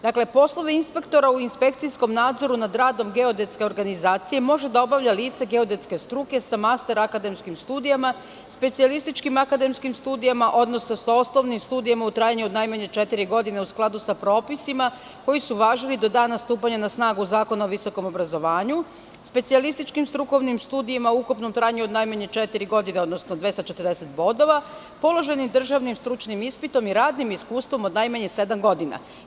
Dakle, poslove inspektora u inspekcijskom nadzoru nad radom geodetske organizacije može da obavlja lice geodetskih struke sa masterakademskim studijama, specijalističkim akademskim studijama, odnosno sa osnovnim studijama u trajanju od najmanje četiri godine, u skladu sa propisima koji su važili do dana stupanja na snagu Zakona o visokom obrazovanju, specijalističkim strukovnim studijama u ukupnom trajanju od najmanje četiri godine, odnosno 240 bodova, položenim državnim stručnim ispitom i radnim iskustvom od najmanje sedam godina.